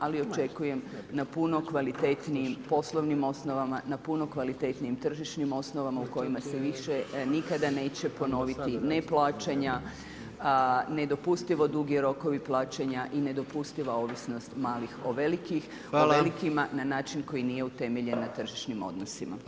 Ali očekujem na puno kvalitetnijim poslovnim osnovama, na puno kvalitetnijim tržišnim osnovama u kojima se više nikada neće ponoviti neplaćanja, nedopustivo dugi rokovi plaćanja i nedopustiva ovisnost malih o velikima na način koji nije utemeljen na tržišnim odnosima.